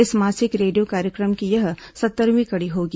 इस मासिक रेडियो कार्यक्रम की यह सत्तरवीं कड़ी होगी